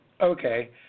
Okay